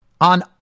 on